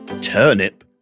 Turnip